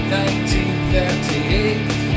1938